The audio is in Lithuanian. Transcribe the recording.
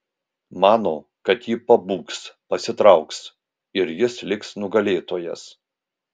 mano kad ji pabūgs pasitrauks ir jis liks nugalėtojas